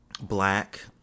black